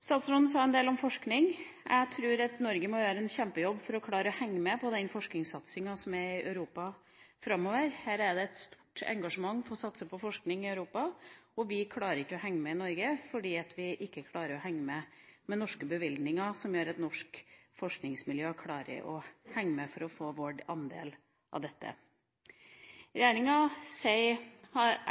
Statsråden sa en del om forskning. Jeg tror Norge må gjøre en kjempejobb framover for å klare å henge med på den forskningssatsinga som er i Europa. Det er et stort engasjement for å satse på forskning i Europa, og vi klarer ikke i Norge å henge med med de norske bevilgningene slik at norske forskningsmiljø klarer å få sin andel av dette. Jeg